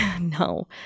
No